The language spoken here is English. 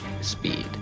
speed